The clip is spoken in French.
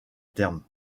terme